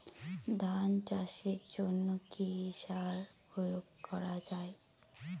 ধান চাষের জন্য কি কি সার প্রয়োগ করা য়ায়?